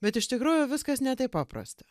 bet iš tikrųjų viskas ne taip paprasta